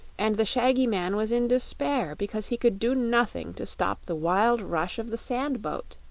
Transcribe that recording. and the shaggy man was in despair because he could do nothing to stop the wild rush of the sand-boat.